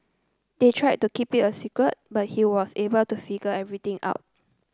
they tried to keep it a secret but he was able to figure everything out